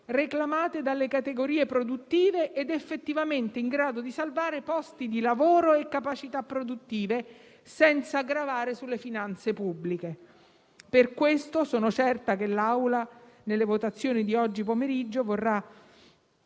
reclamate dalle categorie produttive ed effettivamente in grado di salvare posti di lavoro e capacità produttive, senza gravare sulle finanze pubbliche. Per tali ragioni sono certa che l'Assemblea nelle votazioni di oggi pomeriggio vorrà